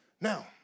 Now